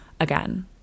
again